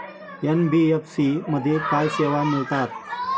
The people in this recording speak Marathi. एन.बी.एफ.सी मध्ये काय सेवा मिळतात?